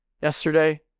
yesterday